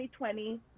2020